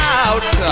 out